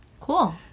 cool